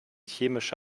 chemische